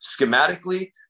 schematically